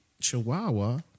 Chihuahua